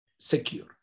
secure